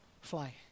fly